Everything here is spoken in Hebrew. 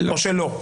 או שלא?